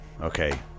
okay